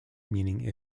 meaning